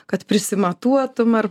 kad prisimatuotum ar